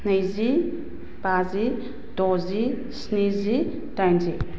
नैजि बाजि द'जि स्निजि दाइनजि